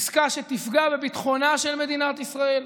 עסקה שתפגע בביטחונה של מדינת ישראל,